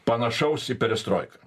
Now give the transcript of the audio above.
panašaus į perestroiką